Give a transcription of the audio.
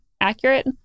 accurate